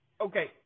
okay